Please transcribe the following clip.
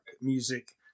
music